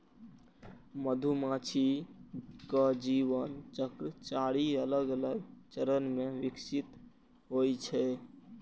मधुमाछीक जीवन चक्र चारि अलग अलग चरण मे विकसित होइ छै